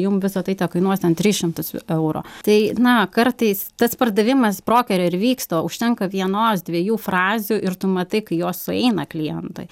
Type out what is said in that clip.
jum visa tai tekainuos ten tris šimtus euro tai na kartais tas pardavimas brokerio ir vyksta užtenka vienos dviejų frazių ir tu matai kai jos sueina klientui